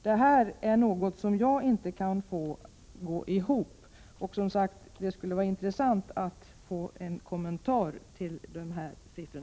Det här är något som i varje fall inte jag kan få att gå ihop. Det skulle, som sagt, vara intressant att få en kommentar till dessa siffror.